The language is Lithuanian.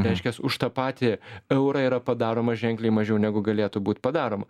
reiškias už tą patį eurą yra padaroma ženkliai mažiau negu galėtų būt padaroma